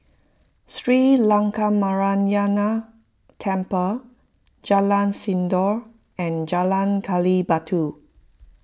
Sri Lankaramaya Temple Jalan Sindor and Jalan Gali Batu